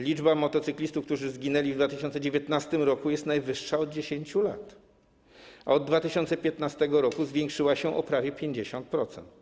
Liczba motocyklistów, którzy zginęli w 2019 r., jest najwyższa od 10 lat, a od 2015 r. zwiększyła się o prawie 50%.